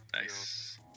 Nice